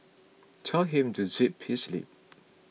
tell him to zip his lip